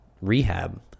rehab